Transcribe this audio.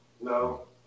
No